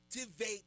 activate